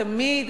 תמיד,